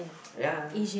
ya